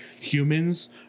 humans